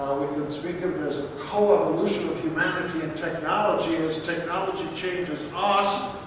we can speak of this co-evolution of humanity and technology. as technology changes us,